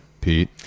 Pete